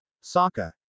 Saka